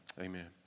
Amen